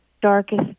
darkest